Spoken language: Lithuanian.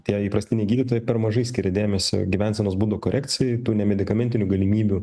tie įprastiniai gydytojai per mažai skiria dėmesio gyvensenos būdo korekcijai nemedikamentinių galimybių